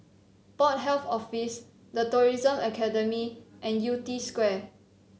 Port Health Office The Tourism Academy and Yew Tee Square